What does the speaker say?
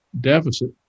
deficit